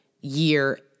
year